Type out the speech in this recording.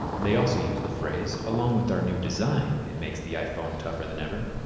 they also use the phrase along with our new design it makes the iphone tougher than ever.